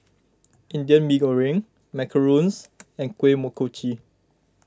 Indian Mee Goreng Macarons and Kuih Kochi